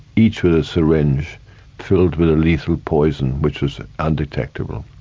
each with a syringe filled with a lethal poison which was undetectable.